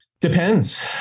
Depends